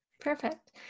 Perfect